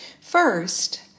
First